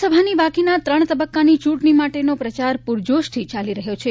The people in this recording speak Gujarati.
લોકસભાની બાકીના ત્રણ તબક્કાની ચૂંટણી માટેનો પ્રચાર પૂરજોશથી ચાલી રહ્યો છે